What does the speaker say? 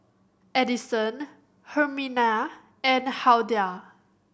Adyson Herminia and Hulda